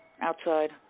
Outside